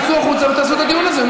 תצאו החוצה ותעשו את הדיון הזה,